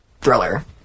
thriller